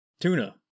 Tuna